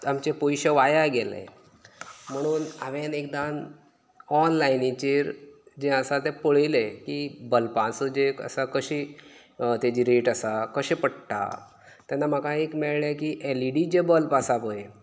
आमचे पयशे वाया गेले म्हणून हांवेन एकदां ऑनलायनीचेर जें आसा तें पळयलें की बल्बांचो जे आसा तें कशी तेजी रेट आसा कशें पडटा तेन्ना म्हाका एक मेळ्ळें की एलइडी जे बल्ब आसा पळय